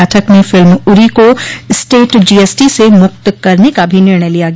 बैठक में फिल्म उरी को स्टेट जीएसटी से मुक्त करने का भी निर्णय लिया गया